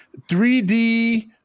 3D